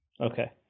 okay